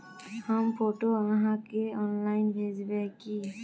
हम फोटो आहाँ के ऑनलाइन भेजबे की?